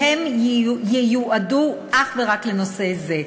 והם ייועדו אך ורק לנושא זה.